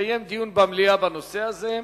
יתקיים דיון במליאה בנושא הזה.